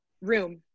room